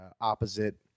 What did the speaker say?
opposite